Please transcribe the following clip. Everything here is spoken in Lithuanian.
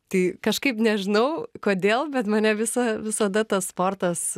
tai kažkaip nežinau kodėl bet mane visa visada tas sportas